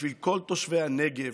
בשביל כל תושבי הנגב,